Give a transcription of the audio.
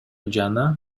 жана